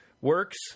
works